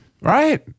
Right